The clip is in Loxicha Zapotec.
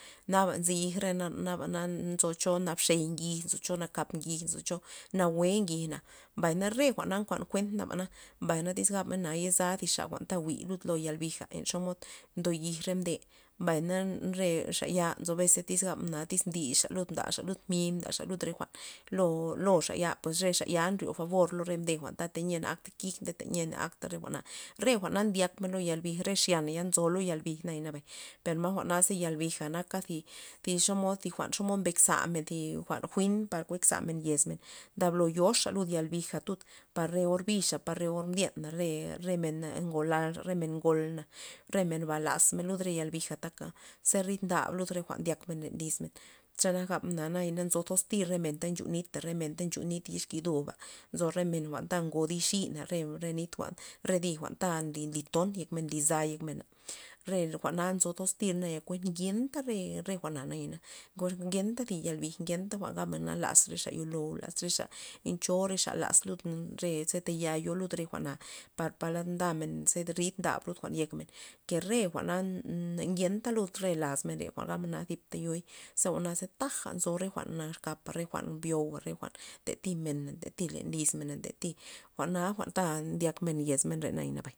Naba nzy yij re naba nzo cho xo nab xey ngij cho nakap ngij nzo cho nawue ngij mbay na re na nkuan kuent mbay na iz gab mena ncha zal tib men ta jwi' lus izyore yal bija len cho xomod ndo yij re mde mbay na re xa ya nzo bes tyz gabmen tyz mdixa lud mdaxa lud mi' mdaxa lud re jwa'n lo lo xa pues re xa ya nryo fabor lo re mde ta tayia nakta kij tayia na akta re jwa'na, re jwa'na ndyakmen lo yal bija re xyan ya nzo lo yal bij nayana per ma' jwa'na ze yal bilja naka zi xomod tya jwa'n xomod mkek zamen zi jwa'n jwi'n par kuek zamen yezmen ndablo yoxa lud yalbij tud par re orbix par re or mbyana re men ta ngolal men ngolna re menba lazmen lud yal bija taka ze rid nda lud jwa'n ndyakmen len lizmen, xe nak naya gabna nzo toz tir re men ta nchu nita re men ta nchu bit exki doba nzo re men jwa'nta ngo di'na xina re nit re jwa'n re di' ta nly tonmen nly yekza re yek mena re jwa'na nzo toz tir naya tak ngenta re- re jwa'na nayana na ngenta thi yalbij ngenta jwa'n lazmen xa yo'lou laz re len cho re xa laz re ze tayal yo lud re jwa'na par palad ndamen ze rid nda lud jwa'n yekmen nke re jwa'na na ngenta lud re laz men re ngenta zip ta yoi ze jwa'na taja nzo re jwa'n exkapa re jwa'n byo'ua re jwa'n ntati mena ntati len lizna mena ntati jwa'na jwa'n ndyakmen yez men re nabay.